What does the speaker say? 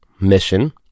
mission